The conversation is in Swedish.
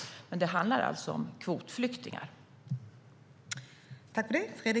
Men det handlar alltså om kvotflyktingar.